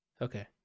Okay